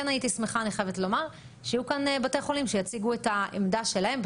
אני חייבת לומר שכן הייתי שמחה שיהיו כאן בתי חולים שיציגו את העמדה שלהם: